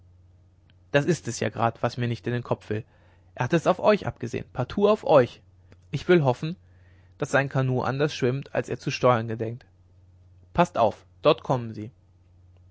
das ist es ja grad was mir nicht in den kopf will er hat es auf euch abgesehen partout auf euch ich will hoffen daß sein kanoe anders schwimmt als er zu steuern gedenkt paßt auf dort kommen sie